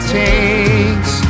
takes